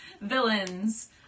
villains